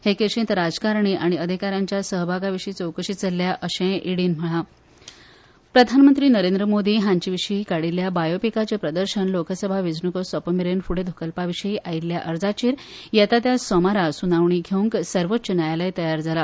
हे केशींत राजकारणी आनी अधिकाऱ्यांच्या सहभागाविशी चवकशी चल्ल्या अशें इडीन म्हळां प्रधानमंत्री नरेंद्र मोदी हांचेर काडील्ल्या बायोपिकाचें प्रदर्शन लोकसभा वेचणुको सोपोमेरेन फुडें धुकलपाविशी आयिल्ल्या अर्जाचेर येतात्या सोमारा सुनावणी घेवंक सर्वोच्च न्यायालय तयार जाला